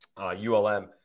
ULM